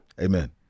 Amen